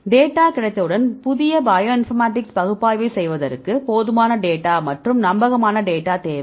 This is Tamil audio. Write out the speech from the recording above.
டேட்டா கிடைத்தவுடன் புதிய பயோ இன்ஃபர்மேடிக்ஸ் பகுப்பாய்வைச் செய்வதற்கு போதுமான டேட்டா மற்றும் நம்பகமான டேட்டா தேவை